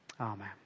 amen